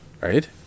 Right